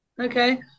Okay